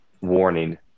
warning